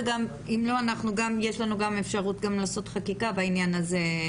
ואם לא יש לנו גם אפשרות לעשות חקיקה בעניין הזה,